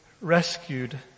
rescued